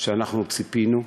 ממה שאנחנו ציפינו,